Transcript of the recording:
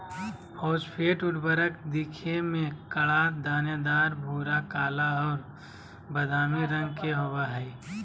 phosphate उर्वरक दिखे में कड़ा, दानेदार, भूरा, काला और बादामी रंग के होबा हइ